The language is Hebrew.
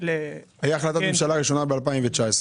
הייתה החלטת ממשלה ראשונה ב-2019,